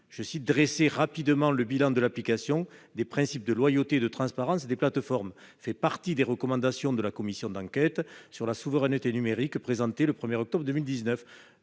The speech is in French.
numérique. « Dresser rapidement le bilan de l'application des principes de loyauté et de transparence des plateformes » fait partie des recommandations de la commission d'enquête sur la souveraineté numérique présentées le 1 octobre